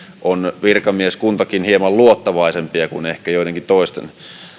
on virkamieskuntakin hieman luottavaisempi kuin ehkä joidenkin toisten